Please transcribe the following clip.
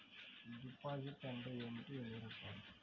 Deposit అంటే ఏమిటీ ఎన్ని రకాలు?